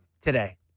today